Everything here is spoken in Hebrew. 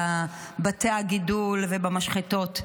בבתי הגידול ובמשחטות,